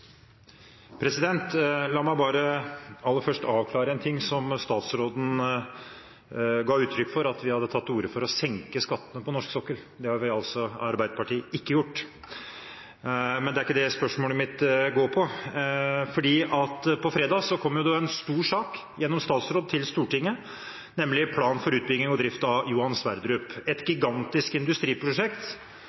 La meg bare aller først avklare en ting som statsråden ga uttrykk for, at vi hadde tatt til orde for å senke skattene på norsk sokkel. Det har Arbeiderpartiet altså ikke gjort. Men det er ikke det spørsmålet mitt går på. På fredag kom en stor sak gjennom statsråd til Stortinget, nemlig planen for utbygging og drift av Johan Sverdrup, et gigantisk industriprosjekt.